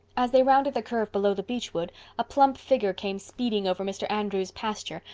as they rounded the curve below the beech wood a plump figure came speeding over mr. andrews' pasture,